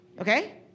okay